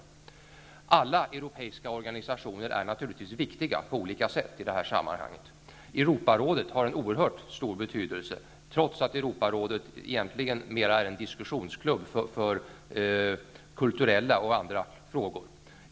Alla europeiska organisationer är naturligtvis viktiga på olika sätt i det här sammanhanget. Europarådet har en oerhört stor betydelse, trots att Europarådet egentligen mera är en diskussionsklubb för kulturella och andra frågor.